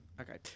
Okay